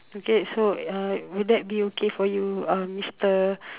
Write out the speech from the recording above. okay so uh will that be okay for you uh mister